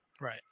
Right